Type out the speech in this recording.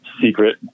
secret